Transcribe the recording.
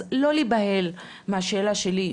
אז לא להיבהל מהשאלה שלי,